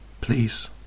please